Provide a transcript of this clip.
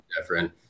different